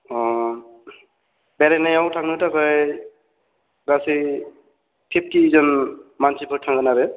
अ बेरायनायाव थांनो थाखाय गासै फिफ्टि जोन मानसिफोर थांगोन आरो